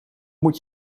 moet